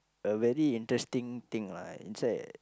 a very interesting thing lah inside